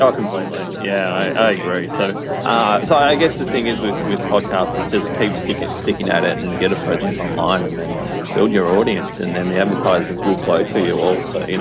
ah completely. yeah. i agree. so so i guess, the thing is with with podcasters, just keep sticking sticking at it and get a presence online and then build your audience. and then, the advertisers will flow to you also.